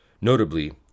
notably